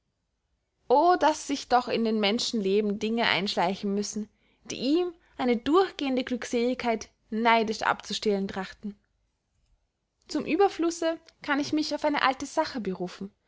o daß sich doch in des menschen leben dinge einschleichen müssen die ihm eine durchgehende glückseligkeit neidisch abzustehlen trachten zum ueberflusse kann ich mich auf eine alte sache berufen